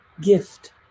gift